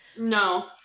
No